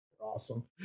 Awesome